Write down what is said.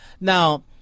Now